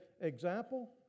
example